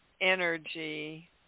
energy